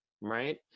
right